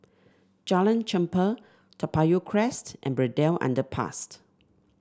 Jalan Chempah Toa Payoh Crest and Braddell Underpass